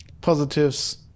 positives